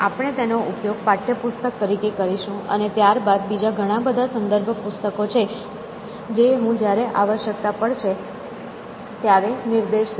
આપણે તેનો ઉપયોગ પાઠ્યપુસ્તક તરીકે કરીશું અને ત્યારબાદ બીજા ઘણા બધા સંદર્ભ પુસ્તકો છે જે હું જ્યારે આવશ્યકતા પડશે ત્યારે નિર્દેશ કરીશ